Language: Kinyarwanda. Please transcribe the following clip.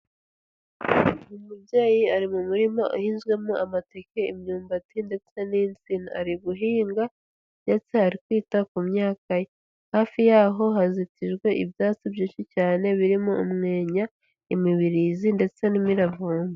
Umubyeyi ari mu murima ahinzwemo amateke, imyumbati ndetse n'insina, ari guhinga ndetse ari kwita ku myaka, hafi y'aho hazitijwe ibyatsi byinshi cyane birimo umwenya, imibirizi ndetse n'imiravumba.